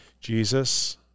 Jesus